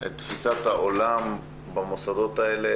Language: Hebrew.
את תפיסת העולם במוסדות האלה,